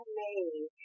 made